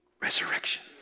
resurrection